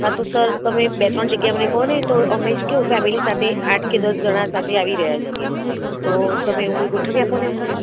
હા તો સર તમે બે ત્રણ જગ્યા મને કહો ને તો અમે કેવું ફેમિલી સાથે આઠ કે દસ જણા સાથે આવી રહ્યા છીએ તો તમે એવું કોઈ ગોઠવી આપો ને અમને